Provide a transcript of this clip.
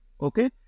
okay